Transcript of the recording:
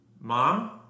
Mom